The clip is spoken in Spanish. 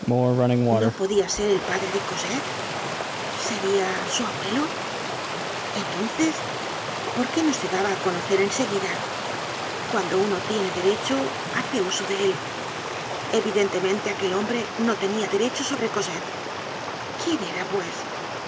no podia ser el padre de cosette seria su abuelo entonces por qué no se daba á conocer en seguida cuando uno tiene un derecho hace uso de él evidentemente aquel hombre no tenia derecho sobre cosette quién era pues